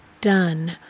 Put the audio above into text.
done